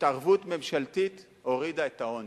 התערבות ממשלתית הורידה את העוני.